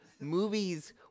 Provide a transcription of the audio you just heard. movies